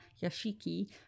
Yashiki